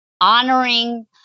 honoring